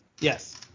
Yes